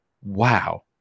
wow